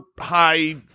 high